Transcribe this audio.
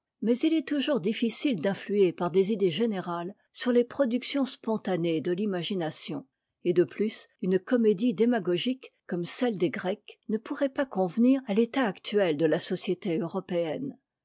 mais il est toujours difficile d'influer par des idées générales sur les productions spontanées de l'imagination et de plus une comédie démagogique comme celle des grecs ne pourrait pas convenir à l'état actuel de ta société européenne